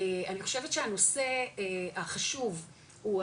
אני חושבת שהנושא החשוב הוא,